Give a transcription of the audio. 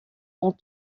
ont